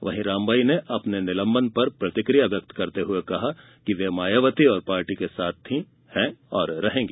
वहीं रामबाई ने अपने निलंबन पर प्रतिक्रिया व्यक्त करते हए कहा कि वे मायावती और पार्टी के साथ थी हैं और रहेंगी